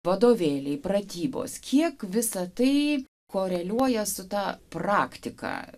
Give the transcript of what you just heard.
vadovėliai pratybos kiek visa tai koreliuoja su ta praktika